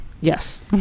yes